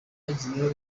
hagiyeho